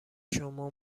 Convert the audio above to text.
شما